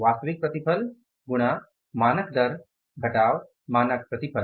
वास्तविक प्रतिफल गुणा मानक दर घटाव मानक प्रतिफल